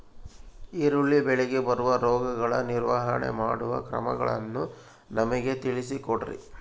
ಈರುಳ್ಳಿ ಬೆಳೆಗೆ ಬರುವ ರೋಗಗಳ ನಿರ್ವಹಣೆ ಮಾಡುವ ಕ್ರಮಗಳನ್ನು ನಮಗೆ ತಿಳಿಸಿ ಕೊಡ್ರಿ?